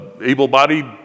able-bodied